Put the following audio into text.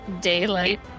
daylight